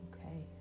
Okay